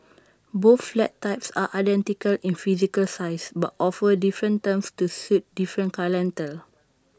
both flat types are identical in physical size but offer different terms to suit different clientele